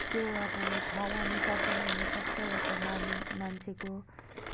त्यो अब ठाउँअनुसार पनि हुनुसक्छ या त माने मान्छेको